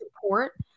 support